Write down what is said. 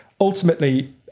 Ultimately